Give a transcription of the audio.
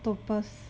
octopus